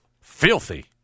filthy